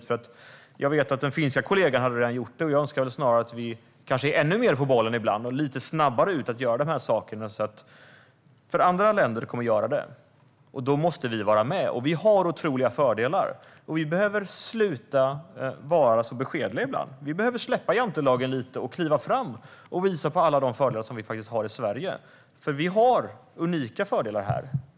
Jag vet också att hans finska kollega redan hade gjort det, och jag önskar kanske att vi kan vara ännu mer på bollen ibland och lite snabbare går ut och gör dessa saker, för andra länder kommer att göra dem. Då måste vi vara med. Vi har otroliga fördelar. Vi behöver sluta vara så beskedliga. Vi behöver släppa jantelagen lite och kliva fram och visa på alla de fördelar som vi faktiskt har i Sverige, för vi har unika fördelar här.